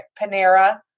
Panera